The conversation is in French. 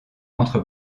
entre